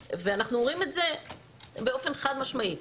ואנחנו אומרים את זה באופן חד משמעי.